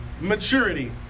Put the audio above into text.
maturity